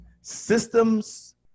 Systems